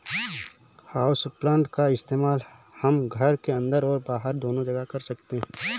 houseplant का इस्तेमाल हम घर के अंदर और बाहर दोनों जगह कर सकते हैं